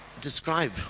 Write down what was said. describe